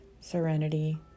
serenity